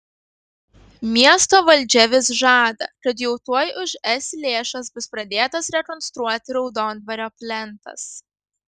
miesto valdžia vis žada kad jau tuoj už es lėšas bus pradėtas rekonstruoti raudondvario plentas